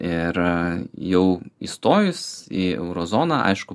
ir jau įstojus į euro zoną aišku